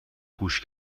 گوش